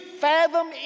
fathom